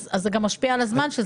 זה גם משפיע על הזמן.